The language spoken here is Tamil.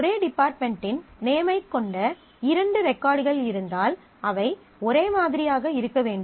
ஒரே டிபார்ட்மென்டின் நேம் ஐக் கொண்ட இரண்டு ரெகார்ட்கள் இருந்தால் அவை ஒரே மாதிரியாக இருக்க வேண்டும்